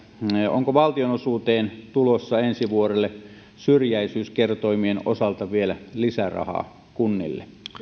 onko valtionosuuteen tulossa ensi vuodelle syrjäisyyskertoimien osalta vielä lisärahaa kunnille